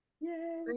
Yay